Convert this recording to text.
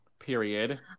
period